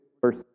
verse